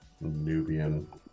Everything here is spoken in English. Nubian